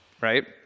right